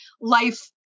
life